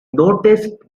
noticed